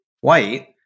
white